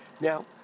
Now